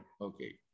Okay